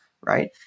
right